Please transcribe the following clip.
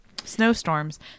snowstorms